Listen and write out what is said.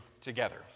together